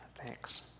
Thanks